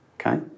okay